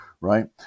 right